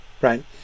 right